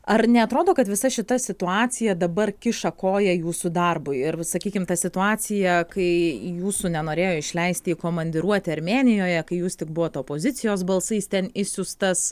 ar neatrodo kad visa šita situacija dabar kiša koją jūsų darbui ir sakykim ta situacija kai jūsų nenorėjo išleisti į komandiruotę armėnijoje kai jūs tik buvot opozicijos balsais ten išsiųstas